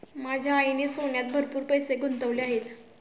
माझ्या आईने सोन्यात भरपूर पैसे गुंतवले आहेत